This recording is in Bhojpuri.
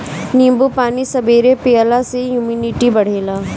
नींबू पानी सबेरे पियला से इमुनिटी बढ़ेला